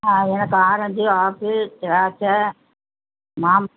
ஆ எனக்கு orange apple திராட்சை மாம்